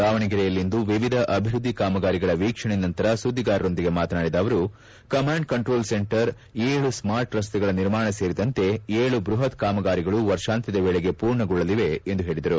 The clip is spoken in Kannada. ದಾವಣಗೆರೆಯಲ್ಲಿಂದು ವಿವಿಧ ಆಭಿವೃದ್ಧಿ ಕಾಮಗಾರಿಗಳ ವೀಕ್ಷಣೆ ನಂತರ ಸುದ್ದಿಗಾರರೊಂದಿಗೆ ಮಾತನಾಡಿದ ಅವರು ಕಮಾಂಡ್ ಕಂಟ್ರೋಲ್ ಸೆಂಟರ್ ಏಳು ಸ್ಮಾರ್ಟ್ ರಸ್ತೆಗಳ ನಿರ್ಮಾಣ ಸೇರಿದಂತೆ ಏಳು ಬೃಪತ್ ಕಾಮಗಾರಿಗಳು ವರ್ಷಾಂತ್ಯದ ವೇಳೆಗೆ ಪೂರ್ಣಗೊಳ್ಳಲಿವೆ ಎಂದು ಹೇಳಿದರು